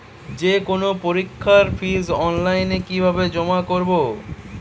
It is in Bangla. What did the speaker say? যে কোনো পরীক্ষার ফিস অনলাইনে কিভাবে জমা করব?